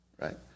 right